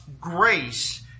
grace